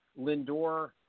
Lindor